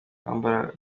kwambara